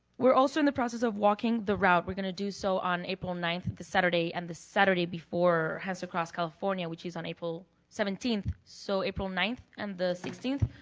we're also in the process of walking the route. we're going to do so april ninth, the saturday and the saturday before hands across california which is on april seventeenth. so april ninth and the sixteenth,